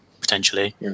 potentially